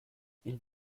ils